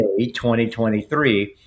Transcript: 2023